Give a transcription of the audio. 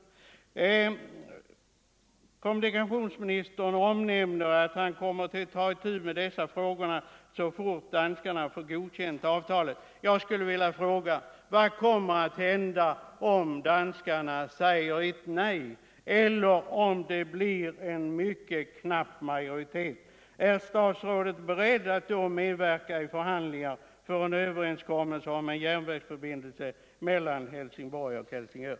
bindelserna Kommunikationsministern nämner att han kommer att ta itu med dessa frågor så fort danskarna godkänt avtalet. Jag skulle vilja fråga: Vad kommer att hända om danskarna säger nej eller om det blir en mycket knapp majoritet? Är statsrådet beredd att då medverka i för handlingar för en överenskommelse om en järnvägsförbindelse mellan Helsingborg och Helsingör?